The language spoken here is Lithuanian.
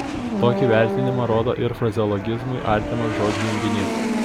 tokį vertinimą rodo ir frazeologizmui artimas žodžių junginys